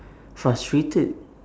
frustrated